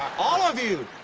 all of you!